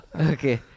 Okay